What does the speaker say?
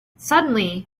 suddenly